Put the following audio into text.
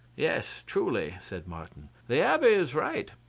yes, truly, said martin, the abbe is right.